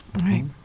Right